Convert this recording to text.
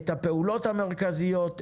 את הפעולות המרכזיות,